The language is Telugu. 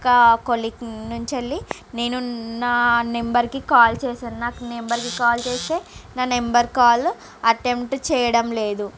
కొలీగ్ నుంచి వళ్ళి నేను నా నంబర్ కి కాల్ చేశాను నాకు నంబర్ కి కాల్ చేస్తే నా నంబర్ కాల్ అటెంప్ట్ చేయడం లేదు